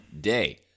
day